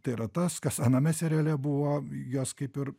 tai yra tas kas aname seriale buvo jos kaip ir